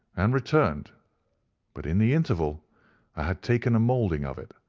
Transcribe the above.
and returned but in the interval i had taken a moulding of it,